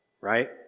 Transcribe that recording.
right